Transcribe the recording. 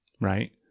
Right